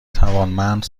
توانمند